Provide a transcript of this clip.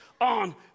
on